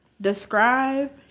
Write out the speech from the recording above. describe